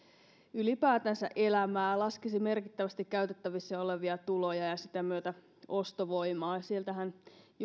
ylipäätänsä elämää laskisi merkittävästi käytettävissä olevia tuloja ja sitä myötä ostovoimaa sieltähän